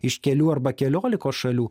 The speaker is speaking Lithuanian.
iš kelių arba keliolikos šalių